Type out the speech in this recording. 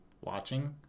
watching